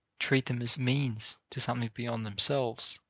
treat them as means to something beyond themselves,